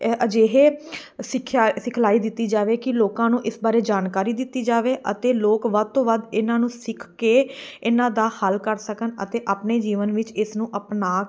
ਇਹ ਅਜਿਹੇ ਸਿੱਖਿਆ ਸਿਖਲਾਈ ਦਿੱਤੀ ਜਾਵੇ ਕਿ ਲੋਕਾਂ ਨੂੰ ਇਸ ਬਾਰੇ ਜਾਣਕਾਰੀ ਦਿੱਤੀ ਜਾਵੇ ਅਤੇ ਲੋਕ ਵੱਧ ਤੋਂ ਵੱਧ ਇਹਨਾਂ ਨੂੰ ਸਿੱਖ ਕੇ ਇਹਨਾਂ ਦਾ ਹੱਲ ਕਰ ਸਕਣ ਅਤੇ ਆਪਣੇ ਜੀਵਨ ਵਿੱਚ ਇਸ ਨੂੰ ਅਪਣਾ